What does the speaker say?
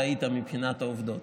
טעית מבחינת העובדות.